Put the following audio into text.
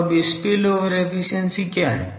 तो अब spill over efficiency क्या है